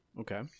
Okay